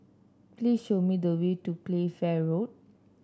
please show me the way to Playfair Road